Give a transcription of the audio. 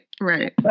right